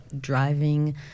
driving